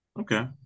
Okay